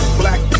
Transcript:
black